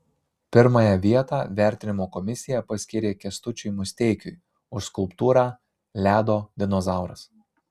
pirmąją vietą vertinimo komisija paskyrė kęstučiui musteikiui už skulptūrą ledo dinozauras